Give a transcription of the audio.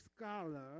scholar